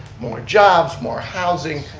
more jobs, more housing,